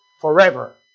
forever